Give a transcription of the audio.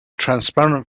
transparent